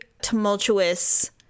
tumultuous